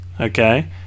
Okay